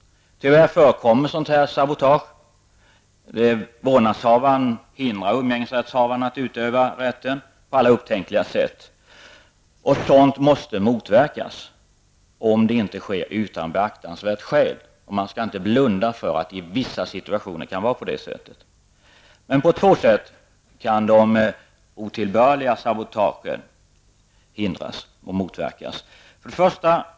Tyvärr förekommer sabotage där vårdnadshavaren på alla upptänkliga sätt hindrar umgängesrättshavaren att utöva sin umgängesrätt. Sådant måste motverkas om det inte sker utan beaktansvärda skäl -- man skall inte blunda för att det i vissa situationer kan föreligga sådana skäl. Det finns två sätt som kan användas för att hindra och motverka de otillbörliga sabotagen.